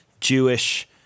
Jewish